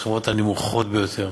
השכבות הנמוכות ביותר.